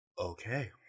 Okay